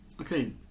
okay